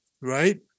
right